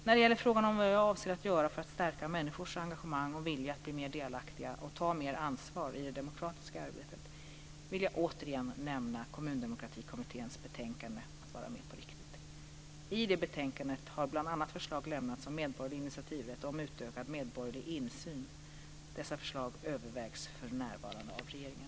När det gäller frågan om vad jag avser att göra för att stärka människors engagemang och vilja att bli mer delaktiga och ta mer ansvar i det demokratiska arbetet, vill jag återigen nämna Kommundemokratikommitténs betänkande Att vara med på riktigt. I betänkandet har bl.a. förslag lämnats om medborgerlig initiativrätt och om utökad medborgerlig insyn. Dessa förslag övervägs för närvarande av regeringen.